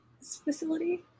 facility